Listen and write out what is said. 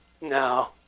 no